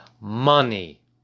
money